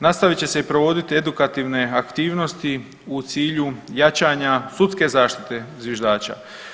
Nastavit će se i provoditi edukativne aktivnosti u cilju jačanja sudske zaštite zviždača.